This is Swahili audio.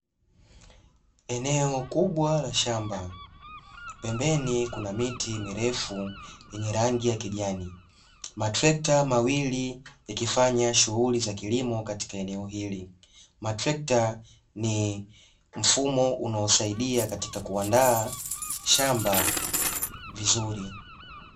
Eneo kubwa la shamba, pembeni kuna miti mirefu yenye rangi ya kijani. Matrekta mawili yakifanya shughuli za kilimo katika eneo hili. Matrekta ni mfumo unaosaidia katika kuandaa shamba vizuri.